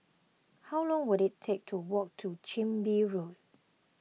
how long will it take to walk to Chin Bee Road